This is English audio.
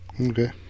Okay